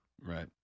Right